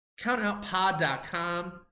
countoutpod.com